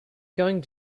going